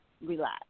relax